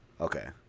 Okay